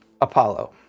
Apollo